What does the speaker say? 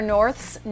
North's